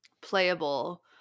playable